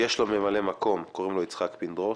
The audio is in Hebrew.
יש לו ממלא מקום, יצחק פינדרוס,